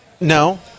No